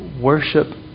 worship